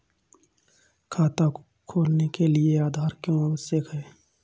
खाता खोलने के लिए आधार क्यो आवश्यक है?